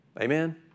Amen